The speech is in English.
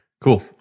Cool